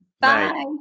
Bye